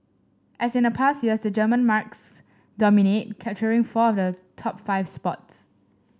as in past years the German marques dominate capturing four the top five spots